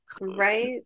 Right